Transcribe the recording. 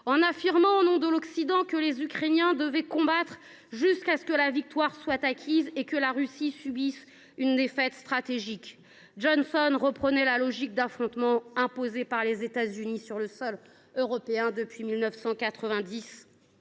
en affirmant, au nom de l’Occident, que les Ukrainiens devaient « combattre jusqu’à ce que la victoire soit acquise et jusqu’à ce que la Russie subisse une défaite stratégique ». Johnson reprenait ainsi à son compte la logique d’affrontement imposée par les États Unis sur le sol européen depuis 1990.